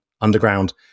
underground